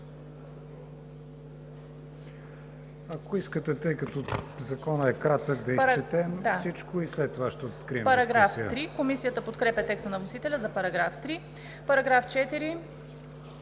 Ако искате, тъй като Законът е кратък, да изчетем всичко и след това ще открием дискусията.